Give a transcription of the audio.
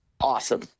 awesome